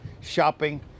shopping